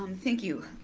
um thank you.